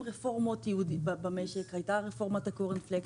רפורמות במשק הייתה רפורמת הקורנפלקס,